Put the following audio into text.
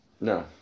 No